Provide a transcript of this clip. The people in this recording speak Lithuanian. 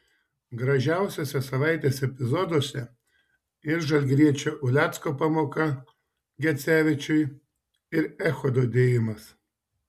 gražiausiuose savaitės epizoduose ir žalgiriečio ulecko pamoka gecevičiui ir echodo dėjimas